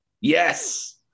Yes